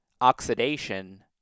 Oxidation